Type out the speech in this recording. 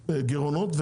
גירעונות.